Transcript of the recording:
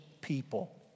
people